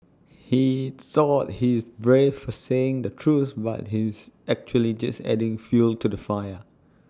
he thought he's brave for saying the truth but he's actually just adding fuel to the fire